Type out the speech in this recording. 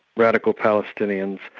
radical palestinians,